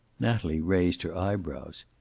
natalie raised her eyebrows.